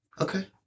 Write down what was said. Okay